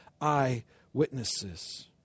eyewitnesses